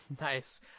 Nice